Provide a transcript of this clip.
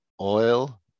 oil